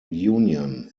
union